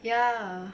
ya